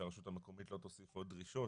שהרשות המקומית שלא תוסיף עוד דרישות,